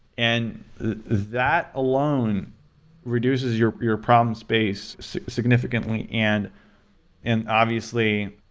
and that alone reduces your your problem space significantly. and and obviously,